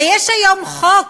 ויש היום חוק